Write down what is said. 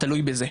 תלוי בזה.